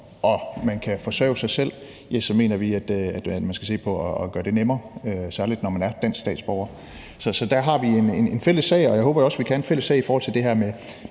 om man kan forsørge sig selv, så mener vi, at vi skal se på at gøre det nemmere, særlig for danske statsborgere. Så der har vi en fælles sag, og jeg håber også, at vi kan have en fælles sag i forhold til det her med